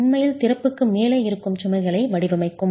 உண்மையில் திறப்புக்கு மேலே இருக்கும் சுமைகளை வடிவமைக்கவும்